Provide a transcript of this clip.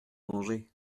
mangé